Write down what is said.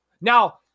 now